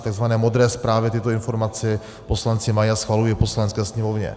V takzvané Modré zprávě tyto informace poslanci mají a schvalují je v Poslanecké sněmovně.